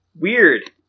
Weird